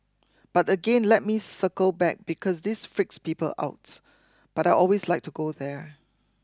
but again let me circle back because this freaks people out but I always like to go there